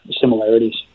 similarities